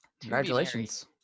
Congratulations